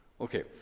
okay